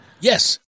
Yes